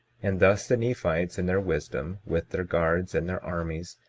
and thus the nephites in their wisdom, with their guards and their armies,